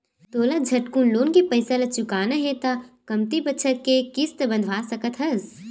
तोला झटकुन लोन के पइसा ल चुकाना हे त कमती बछर के किस्त बंधवा सकस हस